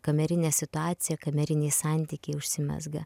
kamerinė situacija kameriniai santykiai užsimezga